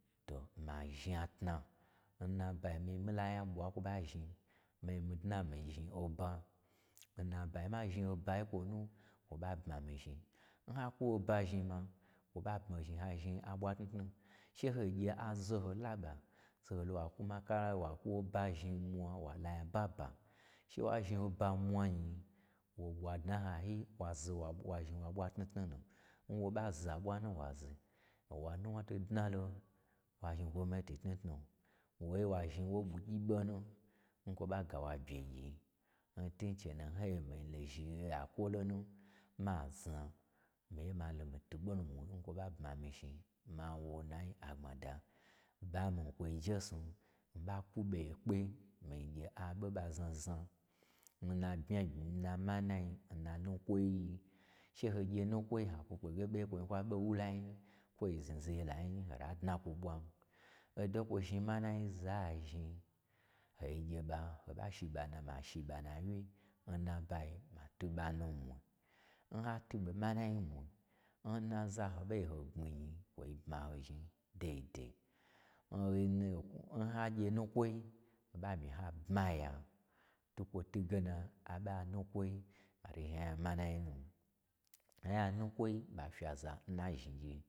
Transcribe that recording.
To ma zhnatna n nabayi ma gye mii la nyaɓwa n kwo ɓa zhni ma gye mii dna mii zhni oba, n na bayi n ma zhni obuyi kwonu, two ɓa bma mii zhni. N ha kwu oɓa zhni ma, kwo ɓa bma ho zhni ha zhni aɓwa tnuttnu, che ho gye azaho laɓo, zaho lo wa kwu ma kaya, wa twu oba zhni nmwa, walo anya baba, che wa zhni oba n mwanyi, wo ɓwa dna n hayi wa zo wa- wa zhni wa ɓwa tnutnu nu. N wo ɓa zaɓwa nu wa ze, o wanuwna to dnalo wa zhni gwo minaati tnutnu. Wayo wazhni woi ɓwu gyi ɓonu, n kwo ɓa gawo abye gyi. N twu chenu, n ha gye mii lo zhi mii yakwo lonu ma zna, mii ye malo mii twu ɓo mwu n kwo ɓa bmamii zhni, ma wo na yi agbmada. Bamii n kwoi n jesnu, mii ɓa kwu ɓoyekpe, mii gye aɓo n ɓa zna zna, n na bmya, n na manai, n nukwoi. Che ho gye nukwoi ha kwu pmagkpege ɓo ye kwoi nkwaɓe n wo lai nyi, kwo zhni zai la nyi, ho ta dna kwo ɓwan, odo nkwoi zhni manai za zhni, ho gye ɓa, ho shi ɓa, n na shi ɓanu awye, n nabayi ma twu ɓa nu mwi, n ha twu ɓo manai mwu, n naza ho ɓa gye ho gbmi gnyi kwo bmaho zhni dai dai. n ha gye nukwoi, ho ɓa myi ha bmaya, twukwo twuge na aɓo anubwoi, ɓa to zhni anya amanai nu anya nukwoi ɓa fyi aza n na zhni gye.